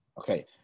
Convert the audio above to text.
Okay